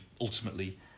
ultimately